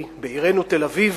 בעירנו תל-אביב,